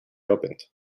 opened